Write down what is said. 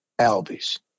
Albies